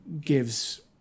gives